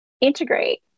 integrate